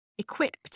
equipped